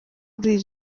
buri